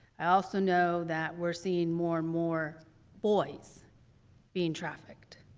i also know that we're seeing more and more boys being trafficked.